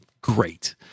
great